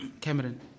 Cameron